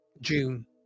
june